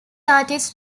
artists